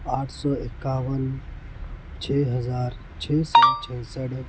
آٹھ سو اِکیاون چھ ہزار چھ سو چھیاسٹھ